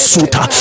Suta